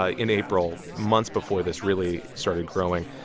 ah in april, months before this really started growing,